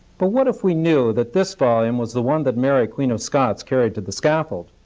but what if we knew that this volume was the one that mary queen of scots carried to the scaffold?